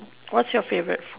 what's your favourite food